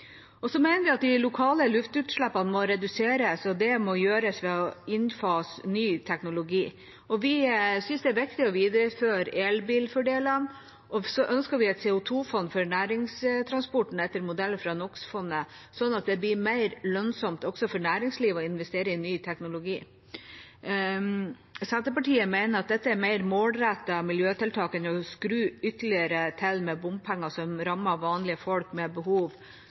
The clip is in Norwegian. og så pass lite gods på sjø når et samlet storting ønsker å overføre mer gods fra vei til sjø og bane. Vi mener at lokale luftutslipp må reduseres, og at det må gjøres ved å innfase ny teknologi. Vi synes det er viktig å videreføre elbilfordelene. Vi ønsker et CO 2 -fond for næringstransporten etter modell fra NO x -fondet, slik at det blir mer lønnsomt også for næringslivet å investere i ny teknologi. Senterpartiet mener dette er mer målrettede miljøtiltak enn å skru